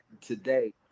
today